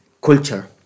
culture